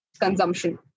consumption